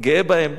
גאה בהם.